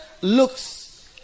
looks